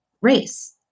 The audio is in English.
race